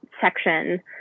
section